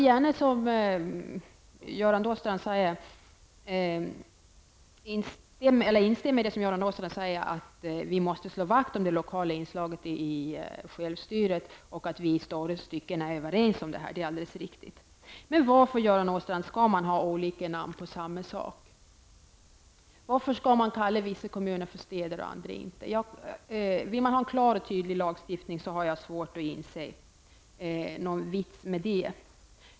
Jag håller med Göran Åstrand om att vi måste slå vakt om de lokala inslagen i självstyret. Där är vi i stora stycken överens. Men varför, Göran Åstrand, skall man ha olika namn på samma sak? Varför skall man kalla vissa kommuner för städer men andra inte? Vill man ha en klar och tydlig lagstiftning, har jag svårt att inse vitsen med detta.